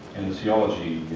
theology